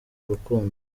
urukundo